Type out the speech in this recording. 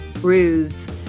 Ruse